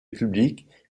publique